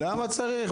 למה צריך?